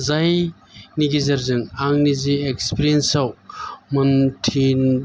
जायनि गेजेरजों आंनि जि एक्सफिरियेनयाव मोनथि